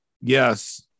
Yes